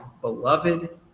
beloved